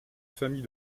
famille